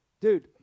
Dude